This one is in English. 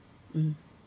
mm